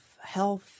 health